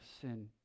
sin